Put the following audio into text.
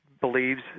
believes –